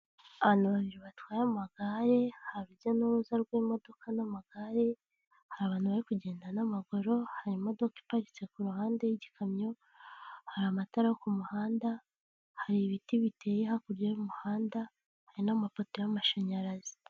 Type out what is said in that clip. Abantu babiri batwaye amagare hari urujya n'uruza rw'imodoka n'amagare, hari abantu bari kugenda n'amaguru, hari imodoka iparitse ku ruhande y'ikamyo, hari amatara ku muhanda, hari ibiti biteye hakurya y'umuhanda, hari n'amapoto y'amashanyarazi.